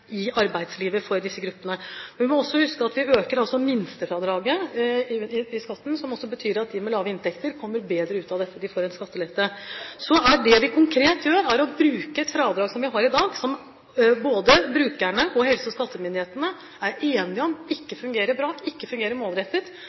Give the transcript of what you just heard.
i arbeidslivet for disse gruppene. Vi må huske at vi øker minstefradraget i skatten, noe som betyr at de med lave inntekter kommer bedre ut av dette. De får en skattelette. Det vi konkret gjør, er å bruke et fradrag som vi har i dag – som både brukerorganisasjonene og helse- og skattemyndighetene er enige om ikke fungerer bra, ikke fungerer målrettet